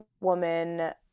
woman